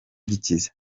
gikize